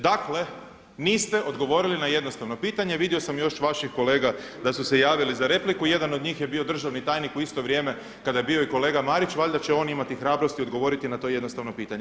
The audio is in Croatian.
Dakle, niste odgovorili na jednostavno pitanje, vidio sam još vaših kolega da su se javili za repliku, jedan od njih je bio državni tajnik u isto vrijeme kada je bio i kolega Marić, valjda će on imati hrabrosti odgovoriti na to jednostavno pitanje.